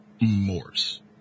Morse